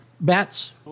bats